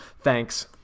Thanks